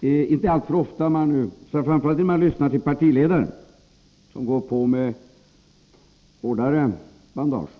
Det ärinte alltför ofta man hör sådant — framför allt inte när man lyssnar till partiledare, som går på med hårdare bandage.